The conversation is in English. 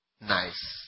nice